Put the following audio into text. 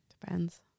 Depends